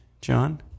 John